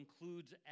includes